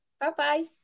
Bye-bye